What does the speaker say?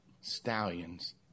Stallions